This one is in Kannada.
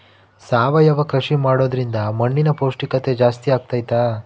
ಸಾವಯವ ಕೃಷಿ ಮಾಡೋದ್ರಿಂದ ಮಣ್ಣಿನ ಪೌಷ್ಠಿಕತೆ ಜಾಸ್ತಿ ಆಗ್ತೈತಾ?